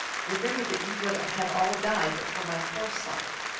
remember that you would have all died but for my foresight.